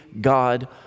God